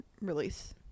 release